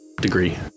degree